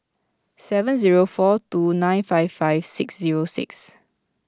seven zero four two nine five five six zero six